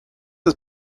his